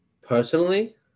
Personally